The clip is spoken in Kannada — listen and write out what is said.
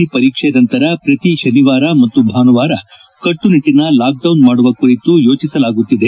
ಸಿ ಪರೀಕ್ಷೆ ನಂತರ ಪ್ರತಿ ಭಾನುವಾರ ಮತ್ತು ಶನಿವಾರ ಕಟ್ನುನಿಟ್ಟಿನ ಲಾಕ್ಡೌನ್ ಮಾಡುವ ಕುರಿತು ಯೋಚಿಸಲಾಗುತ್ತಿದೆ